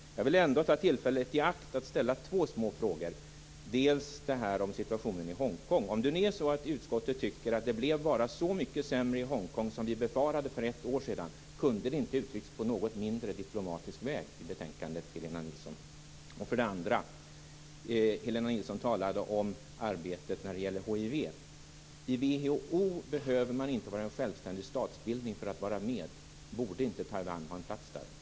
Jag vill ta tillfället i akt och ställa två små frågor. För det första om situationen i Hongkong: Om det nu är så att utskottet tycker att det bara blev så mycket sämre i Hongkong som vi befarade för ett år sedan, kunde det inte ha uttryckts på något mindre diplomatisk väg i betänkandet, Helena Nilsson? För det andra: Helena Nilsson talade om arbetet när det gäller hiv. I WHO behöver man inte vara en självständig statsbildning för att vara med. Borde inte Taiwan ha en plats där?